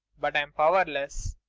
but i'm powerless.